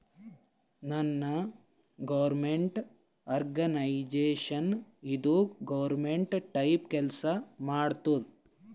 ನಾನ್ government organisation ಇದು government type ಕೆಲ್ಸಾ ಮಾಡತ್ತುದ್